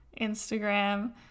Instagram